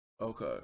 Okay